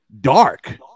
dark